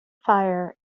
fire